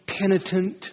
penitent